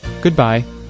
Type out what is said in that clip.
Goodbye